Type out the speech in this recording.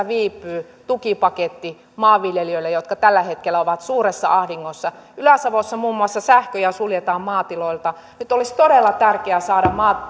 viipyy tukipaketti maanviljelijöille jotka tällä hetkellä ovat suuressa ahdingossa ylä savossa muun muassa sähköjä suljetaan maatiloilta nyt olisi todella tärkeää saada